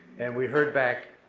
and we heard back